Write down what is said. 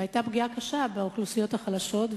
והיתה פגיעה קשה באוכלוסיות החלשות,